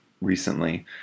recently